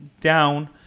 Down